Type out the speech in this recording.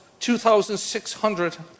2,600